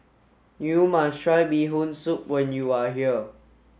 you must try Bee Hoon Soup when you are here